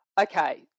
okay